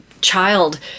child